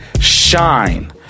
shine